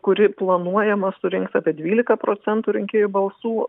kuri planuojama surinks apie dvylika procentų rinkėjų balsų